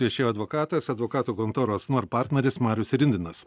viešėjo advokatas advokatų kontoros nor partneris marius rindinas